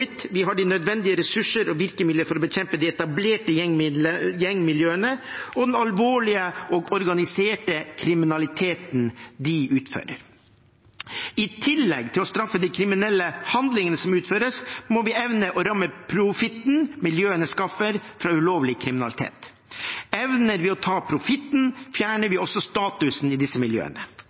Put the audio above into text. vi har de nødvendige ressurser og virkemidler for å bekjempe de etablerte gjengmiljøene og den alvorlige og organiserte kriminaliteten de utfører. I tillegg til at vi straffer de kriminelle handlingene som utføres, må vi evne å ramme profitten miljøene skaffer fra ulovlig kriminalitet. Evner vi å ta profitten, fjerner vi også statusen i disse miljøene.